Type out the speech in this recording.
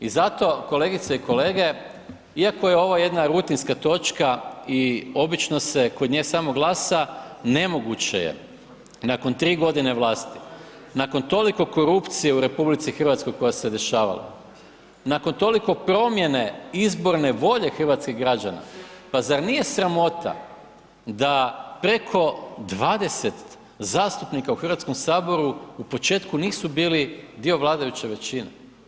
I zato kolegice i kolege iako je ovo jedna rutinska točka i obično se kod nje samo glasa, nemoguće je nakon tri godine vlasti nakon toliko korupcije u RH koja se dešavala, nakon toliko promjene izborne volje hrvatskih građana, pa zar nije sramota da preko 20 zastupnika u Hrvatskom saboru u početku nisu bili dio vladajuće većine.